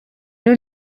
rero